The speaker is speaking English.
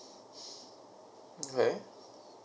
okay